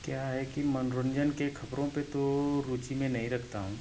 क्या है कि मनोरंजन के खबरों पर तो रुचि मैं नहीं रखता हूँ